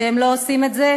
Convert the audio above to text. וראיה שהם לא עושים את זה,